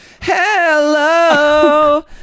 hello